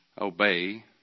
obey